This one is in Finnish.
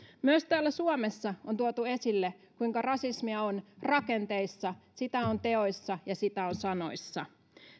myös täällä suomessa on tuotu esille kuinka rasismia on rakenteissa sitä on teoissa ja sitä on sanoissa